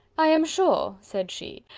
i am sure, said she,